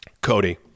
Cody